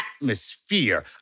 atmosphere